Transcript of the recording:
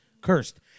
cursed